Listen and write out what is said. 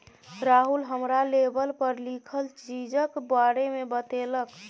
राहुल हमरा लेवल पर लिखल चीजक बारे मे बतेलक